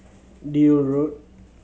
Deal Road